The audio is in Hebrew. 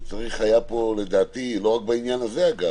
וצריך היה פה לדעתי לא רק בעניין הזה אגב,